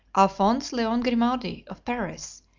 alphonse leon grimaldi, of paris,